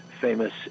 famous